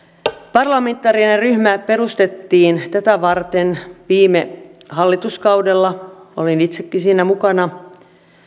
parlamentaarinen ryhmä perustettiin tätä varten viime hallituskaudella olin itsekin siinä mukana